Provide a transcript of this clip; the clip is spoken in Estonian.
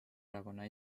erakonna